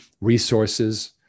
Resources